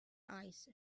eyes